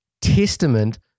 testament